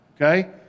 okay